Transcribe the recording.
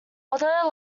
although